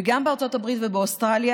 וגם בארצות הברית ובאוסטרליה,